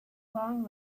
long